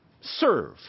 serve